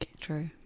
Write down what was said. True